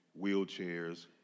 wheelchairs